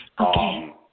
okay